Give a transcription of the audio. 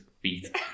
feet